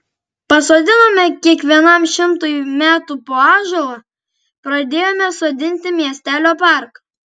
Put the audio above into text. pasodinome kiekvienam šimtui metų po ąžuolą pradėjome sodinti miestelio parką